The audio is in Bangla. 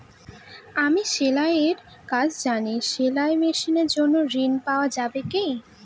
আমি সেলাই এর কাজ জানি সেলাই মেশিনের জন্য ঋণ পাওয়া যাবে কি?